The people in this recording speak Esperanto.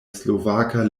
slovaka